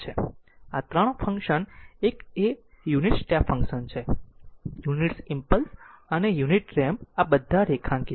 આ 3 ફંક્શન એક એ યુનિટ સ્ટેપ ફંક્શન છે યુનિટ્સ ઇમ્પલ્સ અને યુનિટ રેમ્પ બધા રેખાંકિત છે